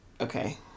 Okay